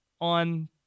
on